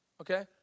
okay